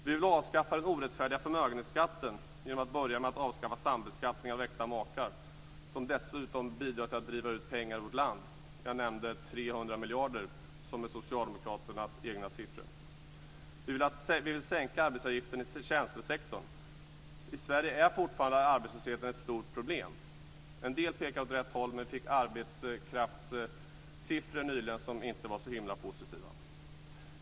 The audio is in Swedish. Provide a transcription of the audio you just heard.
Vi vill avskaffa den orättfärdiga förmögenhetsskatten genom att börja med att avskaffa sambeskattningen av äkta makar, som dessutom bidrar till att pengar drivs ut ur vårt land. Jag nämnde 300 miljarder; det är socialdemokraternas egna siffror. Vi vill sänka arbetsgivaravgiften i tjänstesektorn. I Sverige är arbetslösheten fortfarande ett stort problem. En del pekar åt rätt håll, men vi fick arbetskraftssiffror nyligen som inte var så positiva.